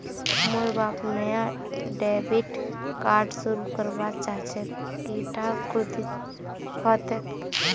मोर बाप नाया डेबिट कार्ड शुरू करवा चाहछेक इटा कुंदीर हतेक